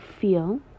feel